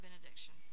benediction